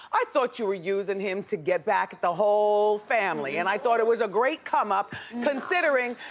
i thought you were using him to get back at the whole family and i thought it was a great come up considering,